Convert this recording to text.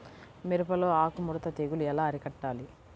మిరపలో ఆకు ముడత తెగులు ఎలా అరికట్టాలి?